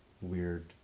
weird